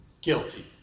guilty